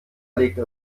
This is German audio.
legte